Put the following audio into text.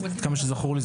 כמה שזכור לי,